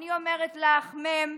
אני אומרת לך, מ':